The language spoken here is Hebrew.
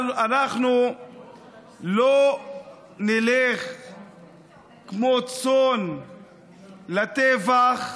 אבל אנחנו לא נלך כמו צאן לטבח.